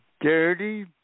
dirty